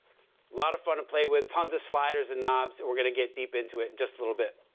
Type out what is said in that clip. lot of fun to play with, tons of sliders and knobs. we're going to get deep into it just a little bit.